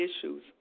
issues